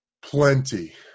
plenty